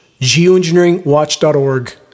geoengineeringwatch.org